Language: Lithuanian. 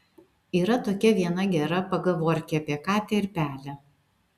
yra tokia viena gera pagavorkė apie katę ir pelę